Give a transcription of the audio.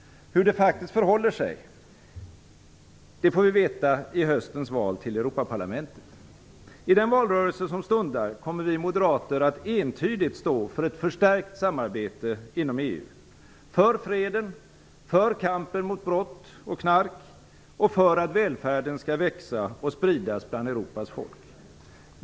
Hur det faktiskt förhåller sig får vi veta i höstens val till Europaparlamentet. I den valrörelse som stundar kommer vi moderater att entydigt stå för ett förstärkt samarbete inom EU för freden, för kampen mot brott och knark och för att välfärden skall växa och spridas bland Europas folk.